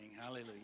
Hallelujah